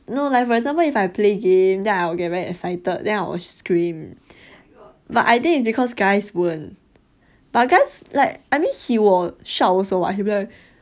no like for example like if I play game that I will get very excited then I'll scream but I think it's because guys won't but guys like I mean he will shout also what he will be like